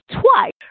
twice